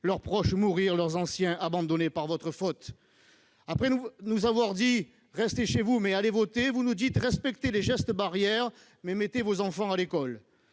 leurs proches mourir et leurs anciens abandonnés par votre faute. Après nous avoir dit de rester chez nous, mais d'aller voter, vous nous dites de respecter les gestes barrières, mais de mettre nos enfants à l'école.